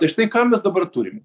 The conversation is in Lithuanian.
tai štai ką mes dabar turim